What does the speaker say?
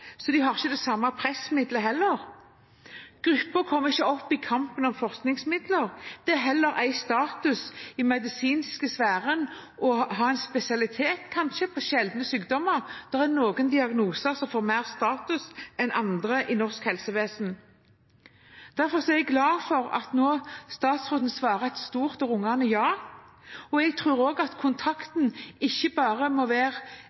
Så de har heller ikke det samme pressmiddelet. Gruppen når ikke opp i kampen om forskningsmidler, og det er ei heller status i den medisinske sfæren å være spesialist på sjeldne sykdommer. Det er noen diagnoser som får mer status enn andre i norsk helsevesen. Derfor er jeg glad for at statsråden nå svarer et stort og rungende «ja». Jeg tror også at kontakten ikke bare må være